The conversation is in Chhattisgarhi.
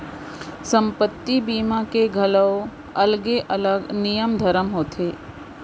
संपत्ति बीमा के घलौ अलगे अलग नियम धरम होथे